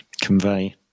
convey